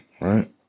Right